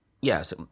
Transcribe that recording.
Yes